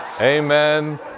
Amen